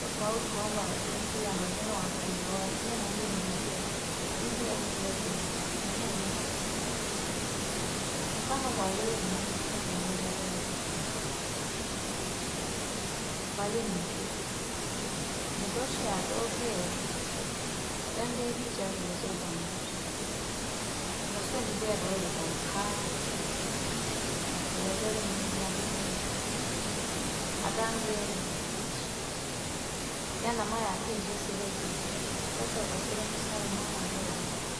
Tofautikwamba impihanga ngazi nuoatu kuzawati nimundini pia, impia alai chila chintu enoesi mfano kwa kwaliu mwi Mungumuela ela mpaka sipaa kwalini mpila ngindoshe atokea atangerichakuria chavandusha nuyo senchuru kaende kani kande iyazori munizi yansima atangeri yama ngaa seri kuli pita sasa apasiro msaro mwana akwe wa wa fua